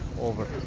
over